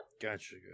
Gotcha